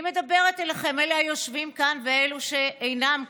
אני מדברת אליכם, אלו היושבים כאן ואלו שאינם כאן,